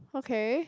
okay